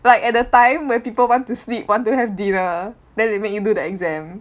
like at a time where people want to sleep want to have dinner then they make you do the exam